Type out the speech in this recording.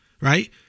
right